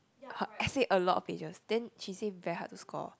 her essay a lot of pages then she say very hard to score